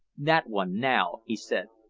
that one, now, he said,